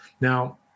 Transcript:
Now